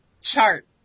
chart